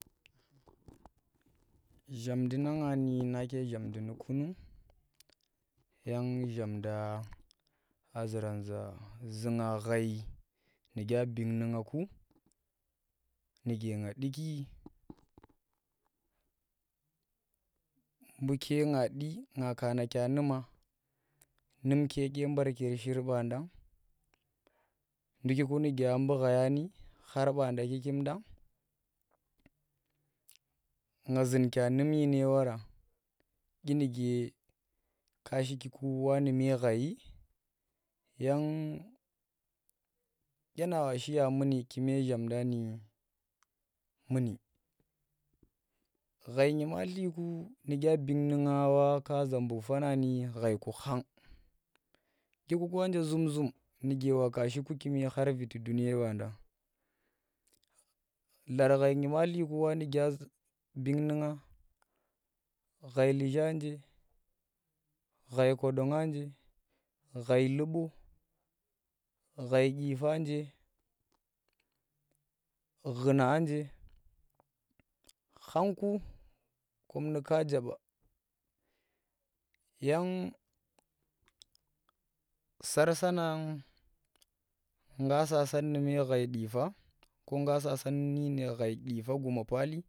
shamndi na nga ni nake zhamndi nu̱ kunung yang shamnda a zuran za zunga ghai nuke a bing nu nya ku nuke nga nduki buuke nga ɗ nga ka nkya numa? num ke baar kishir banda? ndukiku nuke abu ghaya nu nga zun kya num dyine wara? dyenuke ka shikiku? wa nu me khayi yang dyena wa shiya muni kume zhamnda muni ghai nyimatli ku nuke abing nu nga wa ghai Zambuk fana ni ghaiku khang dyikuku nje zum- zum nuke wa shi ku kume khar viti duniya larghai nyimatli, ku wa nuke bing nu nga ghai Liji anje ghai kwadon nje ghai lubo ghai dyipa nje ghuna nje khangku kom nu ka njebe yang sarsa na nga saanni me ghai dyipa guma pali.